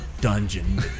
dungeon